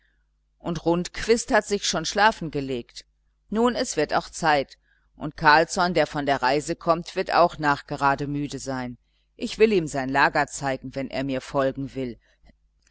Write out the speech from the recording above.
und rundquist hat sich schon schlafen gelegt nun es wird auch zeit und carlsson der von der reise kommt wird auch nachgerade müde sein ich will ihm sein lager zeigen wenn er mir folgen will